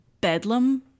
bedlam